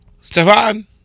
Stefan